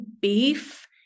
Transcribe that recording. beef